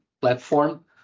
platform